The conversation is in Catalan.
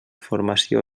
formació